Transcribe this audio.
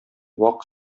вак